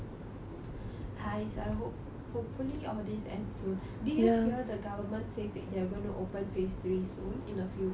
!hais! I hope hopefully all these end soon did you hear the government say they're going to open phase three soon in a few weeks